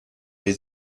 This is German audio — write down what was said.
sie